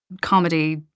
comedy